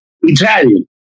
Italian